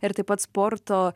ir taip pat sporto